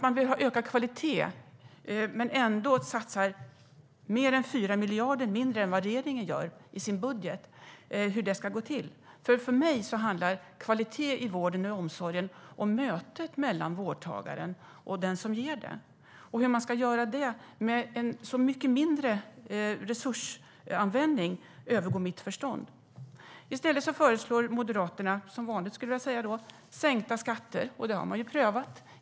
Man vill ha ökad kvalitet men satsar ändå mer än 4 miljarder mindre än vad regeringen gör i sin budget. Hur ska det gå till? För mig handlar kvalitet i vården och omsorgen om mötet mellan vårdtagaren och den som ger vården. Hur man ska göra det med så mycket mindre resurser övergår mitt förstånd. I stället föreslår Moderaterna - som vanligt, skulle jag vilja säga - sänkta skatter. Det har man prövat.